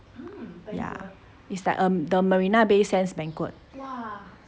ya it's like um the marina bay sands banquet